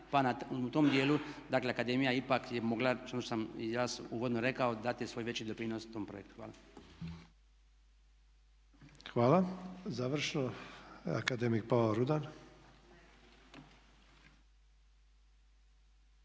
pa na tom dijelu, dakle akademija je ipak mogla što sam i ja uvodno rekao dati svoj veći doprinos tom projektu. Hvala. **Sanader, Ante (HDZ)** Hvala. Završno, akademik Pavao Rudan.